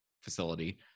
facility